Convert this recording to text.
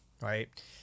right